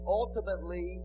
ultimately